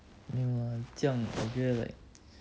没有啊这样我觉得 like